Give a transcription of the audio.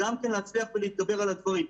גם כן להצליח ולהתגבר על הדברים.